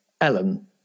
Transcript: Ellen